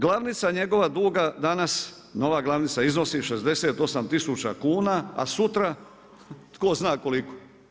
Glavnica njegova duga, danas, nova glavnica iznosi 68000 kn, a sutra tko zna koliko.